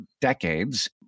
decades